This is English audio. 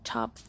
Top